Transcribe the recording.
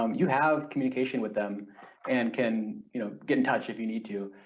um you have communication with them and can you know get in touch if you need to.